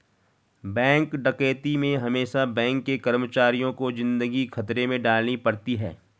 bank डकैती में हमेसा बैंक के कर्मचारियों को जिंदगी खतरे में डालनी पड़ती है